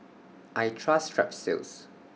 I Trust Strepsils